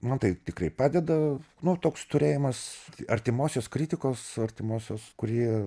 man tai tikrai padeda nu toks turėjimas artimosios kritikos artimosios kuri